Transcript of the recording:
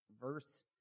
verse